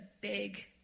big